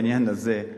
בעניין הזה.